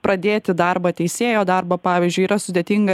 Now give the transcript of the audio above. pradėti darbą teisėjo darbą pavyzdžiui yra sudėtinga